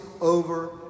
over